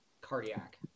Cardiac